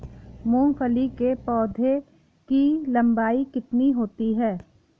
मूंगफली के पौधे की लंबाई कितनी होती है?